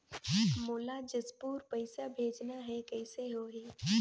मोला जशपुर पइसा भेजना हैं, कइसे होही?